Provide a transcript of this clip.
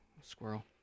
Squirrel